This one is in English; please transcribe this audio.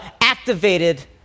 activated